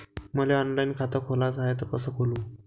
मले ऑनलाईन खातं खोलाचं हाय तर कस खोलू?